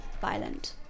violent